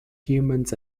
humans